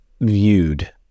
viewed